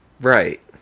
Right